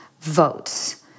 votes